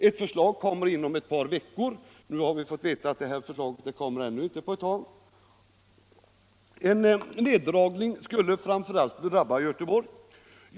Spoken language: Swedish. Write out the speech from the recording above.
Ett förslag kommer inom ett par veckor.” — Nu har vi fått veta att förslaget inte kommer på ännu ett tag. — ”En neddragning skulle framför allt drabba Göteborg.